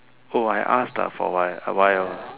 oh I asked ah for why why